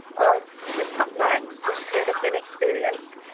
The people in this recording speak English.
of the cutbacks that that have been experienced,